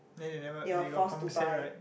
then they never they got compensate right